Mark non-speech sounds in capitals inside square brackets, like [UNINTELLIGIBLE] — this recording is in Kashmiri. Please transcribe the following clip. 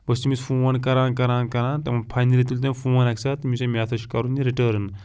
بہٕ اوسُس تٔمِس فون کران کران کران تہٕ فاینلی تُلۍ تٔمۍ فون اکہِ سات [UNINTELLIGIBLE] مےٚ ہسا چھُ کرُن یہِ رِٹٲرن